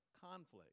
conflict